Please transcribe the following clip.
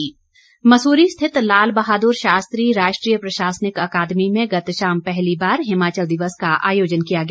हिमाचल दिवस मसूरी स्थित लाल बहादुर शास्त्री राष्ट्रीय प्रशासनिक अकादमी ने गत शाम पहली बार हिमाचल दिवस का आयोजन किया गया